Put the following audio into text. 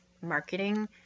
marketing